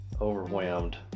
overwhelmed